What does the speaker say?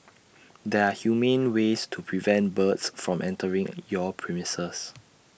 there are humane ways to prevent birds from entering your premises